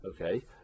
Okay